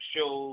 Show